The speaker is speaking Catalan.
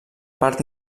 part